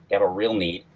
get a real need.